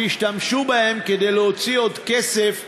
שהשתמשו בהן כדי להוציא עוד כסף מדיירים,